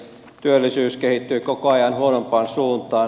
työllisyys kehittyy koko ajan huonompaan suuntaan